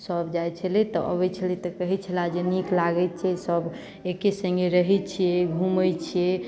सभ जाइत छलै तऽ अबैत छलै तऽ कहैत छलए नीक लागैत छै सभ एके सङ्गे रहैत छी घूमैत छी